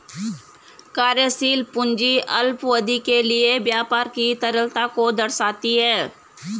कार्यशील पूंजी अल्पावधि के लिए व्यापार की तरलता को दर्शाती है